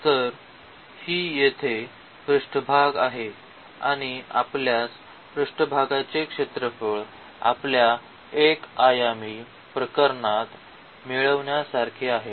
तर ही येथे पृष्ठभाग आहे आणि आपल्यास पृष्ठभागाचे क्षेत्रफळ आपल्या 1 आयामी प्रकरणात मिळण्यासारखे आहे